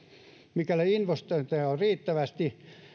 mikäli investointeja olisi riittävästi